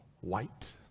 white